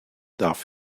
darf